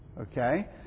Okay